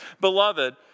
Beloved